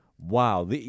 wow